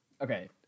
Okay